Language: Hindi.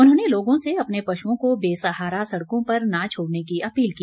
उन्होंने लोगों से अपने पशुओं को बेसहारा सड़कों पर न छोड़ने की अपील की